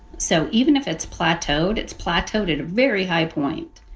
so even if it's plateaued, it's plateaued at a very high point.